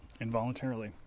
Involuntarily